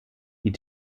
die